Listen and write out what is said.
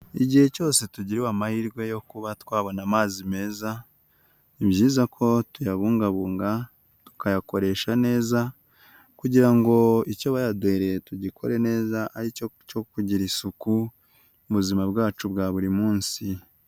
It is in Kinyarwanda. Igihe cyose tugiriwe amahirwe yo kuba twabona amazi meza ni byiza ko tuyabungabunga, tukayakoresha neza kugira ngo icyo bayaduhereye tugikore neza aricyo cyo kugira isuku mu buzima bwacu bwa buri munsi.